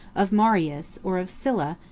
of marius, or of sylla,